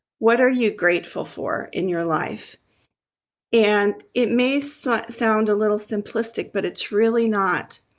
what are you grateful for in your life and it may so sound a little simplistic, but it's really not.